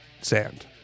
sand